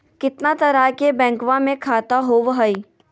कितना तरह के बैंकवा में खाता होव हई?